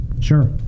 Sure